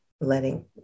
letting